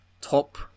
top